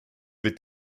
wird